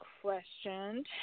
question